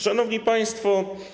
Szanowni Państwo!